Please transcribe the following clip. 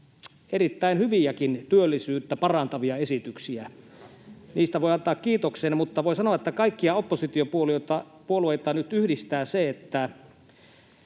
erittäin hyviäkin työllisyyttä parantavia esityksiä. Niistä voi antaa kiitoksen, mutta voi sanoa, että kaikkia oppositiopuolueita nyt yhdistää se, että